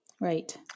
Right